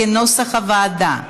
כנוסח הוועדה.